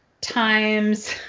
times